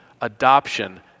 adoption